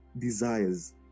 desires